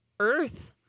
Earth